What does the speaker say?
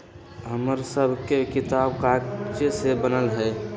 हमर सभके किताब कागजे से बनल हइ